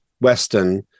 Western